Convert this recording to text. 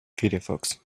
firefox